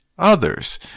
others